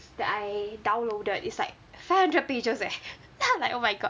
that I downloaded is like five hundred pages leh then I'm like oh my god